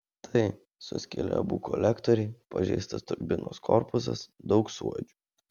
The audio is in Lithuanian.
tai suskilę abu kolektoriai pažeistas turbinos korpusas daug suodžių